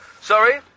Sorry